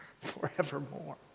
forevermore